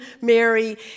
Mary